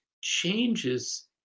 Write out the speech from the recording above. changes